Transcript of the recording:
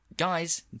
Guys